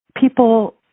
People